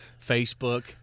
Facebook